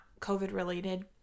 COVID-related